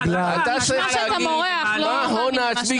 נשמע שאתה מורח --- תגיד מה ההון העצמי